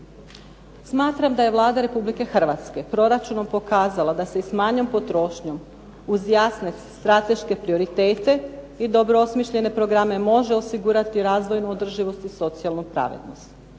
Smatram da je Vlada Republike Hrvatske proračunom pokazala kako se s manjom potrošnjom uz jasne strateške prioritete i dobro osmišljene programe može osigurati razvojna održivost i socijalnu pravednost.